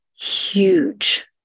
huge